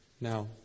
Now